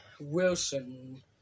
Wilson